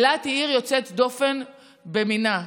אילת היא עיר יוצאת דופן ומיוחדת במידה.